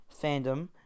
fandom